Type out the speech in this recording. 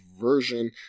version